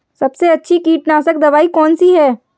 सबसे अच्छी कीटनाशक दवाई कौन सी है?